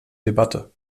debatte